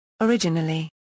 Originally